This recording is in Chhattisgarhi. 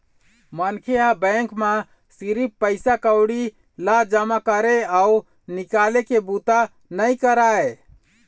मनखे ह बेंक म सिरिफ पइसा कउड़ी ल जमा करे अउ निकाले के बूता नइ करय